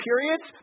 periods